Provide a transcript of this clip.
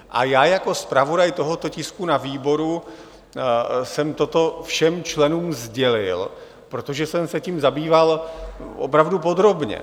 A já jako zpravodaj tohoto tisku na výboru jsem toto všem členům sdělil, protože jsem se tím zabýval opravdu podrobně.